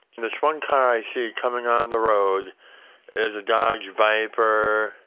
this one car i see coming on the road is a dodge viper,